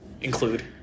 include